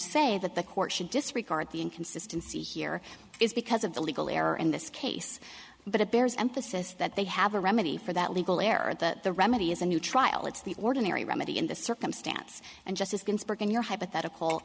say that the court should disregard the inconsistency here is because of the legal error in this case but it bears emphasis that they have a remedy for that legal error that the remedy is a new trial it's the ordinary remedy in this circumstance and justice